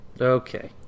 Okay